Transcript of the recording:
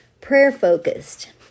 prayer-focused